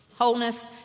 wholeness